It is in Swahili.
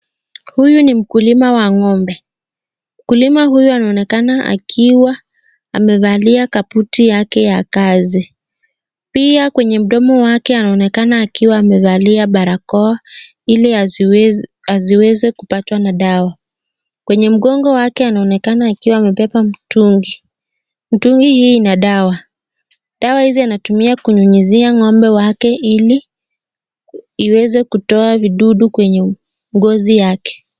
Huyu ni mkulima wa ng'ombe mkulima huyu anaonekana akiwa amevalia kabuti yake ya kazi pia kwenye mdomo wake anaonekana akiwa amevalia barakoa ili asiweze kupatwa na dawa. Kwenye mgongo wake anaonekana akiwa amebeba mtungi mtungi hii ina dawa dawa hizi anatumia kunyunyizia ng'ombe wake ili iweze kutoa vidudu kwenye ngozi yake.